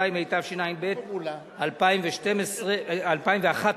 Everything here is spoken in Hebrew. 42), התשע"ב 2011,